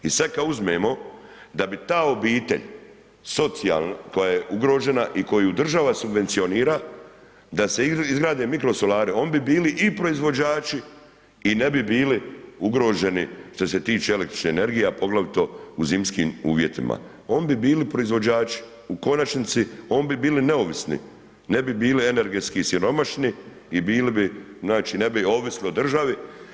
I sad kad uzmemo da bi ta obitelj socijalna, koja je ugrožena i koju država subvencionira, da se izgrade mikrosolari, oni bi bili i proizvođači i ne bi bili ugroženi što se tiče električne energije, a poglavito u zimskim uvjetima, oni bi bili proizvođači, u konačnici, oni bi bili neovisni, ne bi bili energetski siromašni i bili bi, znači, ne bi ovisili o državi.